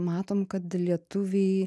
matom kad lietuviai